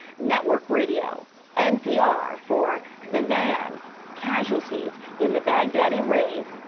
network radio npr for the van casualties in the baghdadi raid.